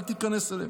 אל תיכנס אליהם.